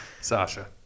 Sasha